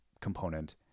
component